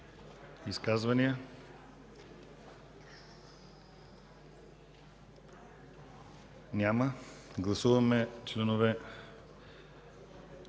Изказвания? Няма. Гласуваме чл.